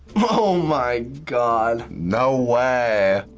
oh my god. no way!